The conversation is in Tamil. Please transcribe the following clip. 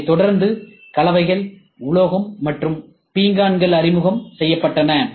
அதைத் தொடர்ந்து கலவைகள் உலோகம் மற்றும் பீங்கான்கள் அறிமுகம் செய்யப்பட்டன